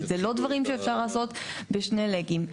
זה לא דברים שאפשר לעשות בשני לגים.